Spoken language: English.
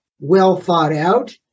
well-thought-out